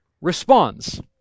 responds